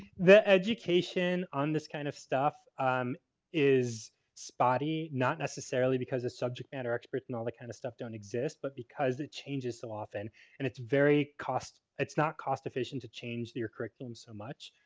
the education on this kind of stuff um is spotty. not necessarily because the subject matter experts and all the kind of stuff don't exist, but because it changes so often and it's very cost it's not cost-efficient to change your curriculum so much.